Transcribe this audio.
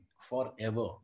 forever